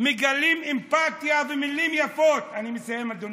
מגלים אמפתיה במילים יפות, אני מסיים, אדוני,